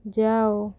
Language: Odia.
ଯାଅ